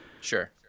Sure